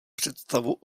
představu